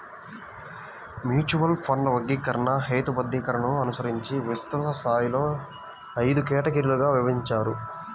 mutual ఫండ్ల వర్గీకరణ, హేతుబద్ధీకరణను అనుసరించి విస్తృత స్థాయిలో ఐదు కేటగిరీలుగా విభజించారు